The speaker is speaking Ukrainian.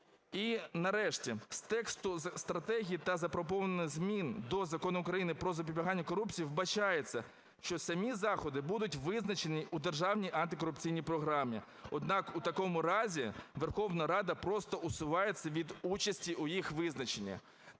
І нарешті, з тексту стратегії та запропонованих змін до Закону України "Про запобігання корупції" вбачається, що самі заходи будуть визначені у державній антикорупційні програмі. Однак у такому разі Верховна Рада просто усувається від участі у їх визначенні.